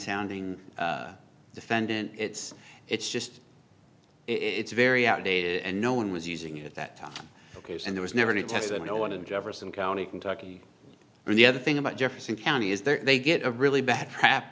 sounding defendant it's it's just it's very outdated and no one was using it at that time ok and there was never any test that no one in jefferson county kentucky and the other thing about jefferson county is there they get a really bad rap